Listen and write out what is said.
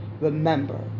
remember